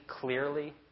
clearly